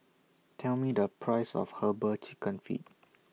Tell Me The Price of Herbal Chicken Feet